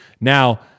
Now